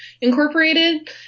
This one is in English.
incorporated